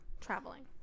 traveling